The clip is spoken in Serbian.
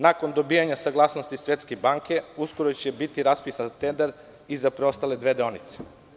Nakon dobijanja saglasnosti Svetske banke, uskoro će biti raspisan tender i za preostale dve deonice.